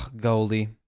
Goldie